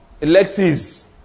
electives